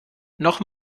noch